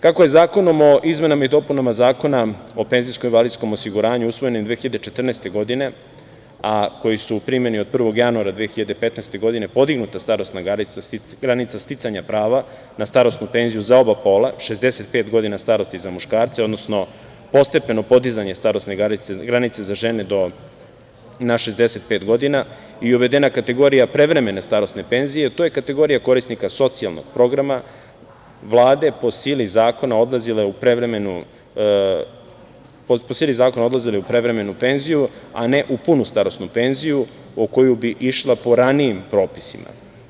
Kako je zakonom o izmenama i dopunama Zakona o PIO usvojenim 2014. godine, a koji je u primeni od 1. januara 2015. godine, podignuta starosna granica sticanja prava na starosnu penziju za oba pola – 65 godina starosti za muškarce, odnosno postepeno podizanje starosne granice za žene na 65 godina i uvedena kategorija prevremene starosne penzije, to je kategorija korisnika socijalnog programa Vlade po sili zakona odlazili u prevremenu penziju, a ne u punu starosnu penziju, a u koju bi išla po ranijim propisima.